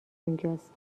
اونجاست